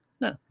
No